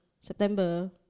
September